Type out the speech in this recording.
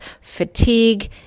fatigue